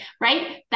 right